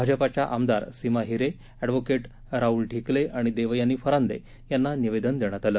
भाजपाच्या आमदार सीमा हिरे अह्व राह्ल ढिकले आणि देवयानी फरांदे यांना निवेदन देण्यात आले